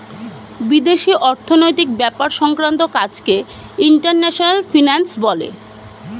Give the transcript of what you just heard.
বিদেশি অর্থনৈতিক ব্যাপার সংক্রান্ত কাজকে ইন্টারন্যাশনাল ফিন্যান্স বলে